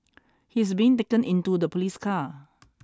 he is being taken into the police car